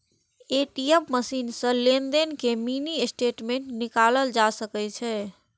ATM machine सं लेनदेन के मिनी स्टेटमेंट निकालल जा सकै छै